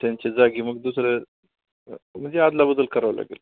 त्यांच्या जागी मग दुसरं म्हणजे अदलाबदल करावी लागेल